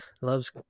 loves